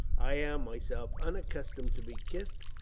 i am, myself, unaccustomed to be kissed,